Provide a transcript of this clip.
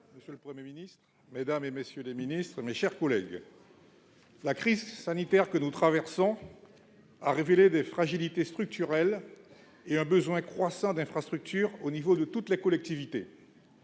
Monsieur le président, mesdames et messieurs les ministres, mes chers collègues, la crise sanitaire que nous traversons a révélé des fragilités structurelles et un besoin croissant d'infrastructures dans toutes les collectivités.